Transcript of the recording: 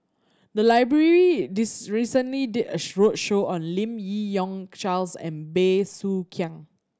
the library recently did a roadshow on Lim Yi Yong Charles and Bey Soo Khiang